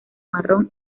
marrón